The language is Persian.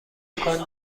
امکان